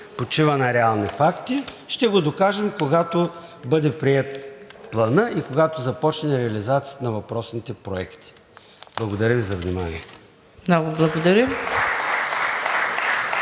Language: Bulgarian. почива на реални факти, ще го докажем, когато бъде приет Планът и когато започне реализацията на въпросните проекти. Благодаря Ви за вниманието. (Ръкопляскания